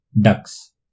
ducks